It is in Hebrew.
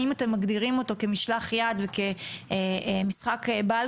האם אתם מגדירים אותו כמשלח יד וכמשחק בעל